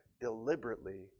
deliberately